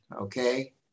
Okay